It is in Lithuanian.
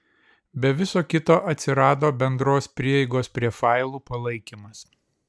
be viso kito atsirado bendros prieigos prie failų palaikymas